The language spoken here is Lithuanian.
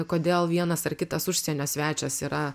kodėl vienas ar kitas užsienio svečias yra